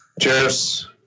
Cheers